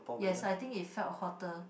yes I think it felt hotter